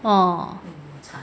orh